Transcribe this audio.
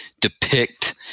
depict